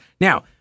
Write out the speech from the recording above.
now